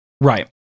Right